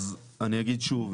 אני אגיד שוב,